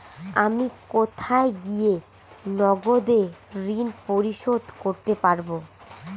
আমি কোথায় গিয়ে নগদে ঋন পরিশোধ করতে পারবো?